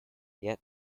yet